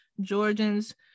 Georgians